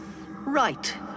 Right